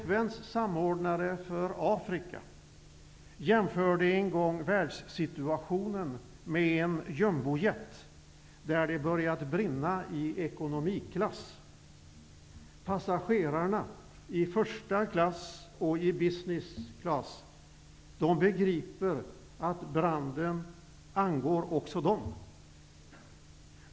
FN:s samordnare för Afrika jämförde en gång världssituationen med en jumbojet där det börjat brinna i ekonomiklass. Passagerarna i första klass och i business klass begriper att branden angår också dem.